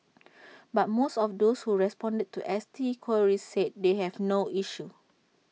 but most of those who responded to S T queries said they have no issue